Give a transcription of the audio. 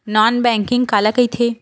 Non banking काला कइथे?